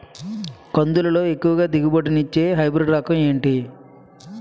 కందుల లో ఎక్కువ దిగుబడి ని ఇచ్చే హైబ్రిడ్ రకం ఏంటి?